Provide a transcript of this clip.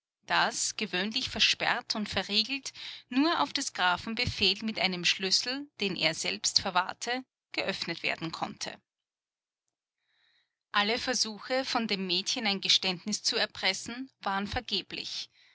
das gewöhnlich versperrt und verriegelt nur auf des grafen befehl mit einem schlüssel den er selbst verwahrte geöffnet werden konnte alle versuche von dem mädchen ein geständnis zu erpressen waren vergeblich